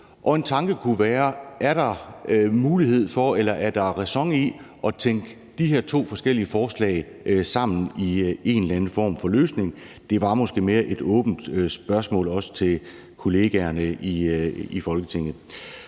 En tanke kunne være, om der er mulighed for eller ræson i at tænke de her to forskellige forslag sammen i en eller anden form for løsning. Det var måske mere et åbent spørgsmål, også til kollegaerne i Folketinget.